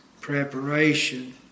preparation